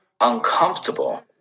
uncomfortable